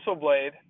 Blade